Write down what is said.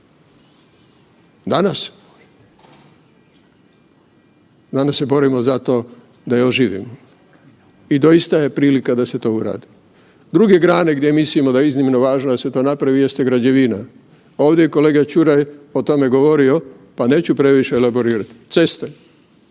Danas, danas se borimo za to da je oživimo i doista je prilika da se to uradi. Druge grane gdje mislimo da je iznimno važno da se to napravi jeste građevina. Ovdje je kolega Čuraj o tome govorio, pa neću previše laborirati. Ceste,